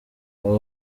aha